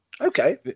okay